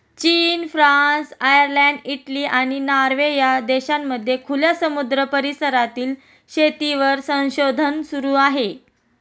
चीन, France, Ireland, Italy, आणि Norway या देशांमध्ये खुल्या समुद्र परिसरातील शेतीवर संशोधन सुरू आहे